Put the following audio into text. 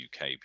UK